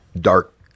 dark